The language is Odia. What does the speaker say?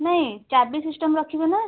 ନାହିଁ ଚାବି ସିଷ୍ଟମ୍ ରଖିବେ ନା